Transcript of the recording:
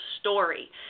story